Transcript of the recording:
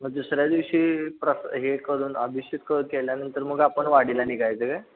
मग दुसऱ्या दिवशी प्रस हे करून अभिषेक केल्यानंतर मग आपण वाडीला निघायचं का